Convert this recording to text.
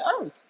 earth